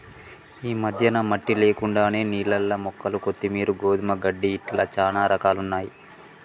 ఈ మధ్యన మట్టి లేకుండానే నీళ్లల్ల మొక్కలు కొత్తిమీరు, గోధుమ గడ్డి ఇట్లా చానా రకాలున్నయ్యి